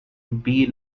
been